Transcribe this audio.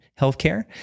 healthcare